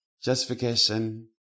Justification